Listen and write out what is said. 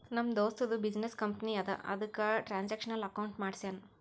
ನಮ್ ದೋಸ್ತದು business company ಅದಾ ಅದುಕ್ಕ ಟ್ರಾನ್ಸ್ಅಕ್ಷನಲ್ ಅಕೌಂಟ್ ಮಾಡ್ಸ್ಯಾನ್